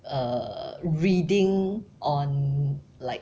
err reading on like